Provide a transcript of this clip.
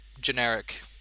generic